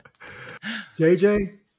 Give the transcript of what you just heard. JJ